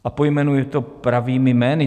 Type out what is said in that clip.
A pojmenuji to pravými jmény.